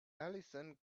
alison